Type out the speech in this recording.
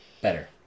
better